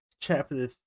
chapter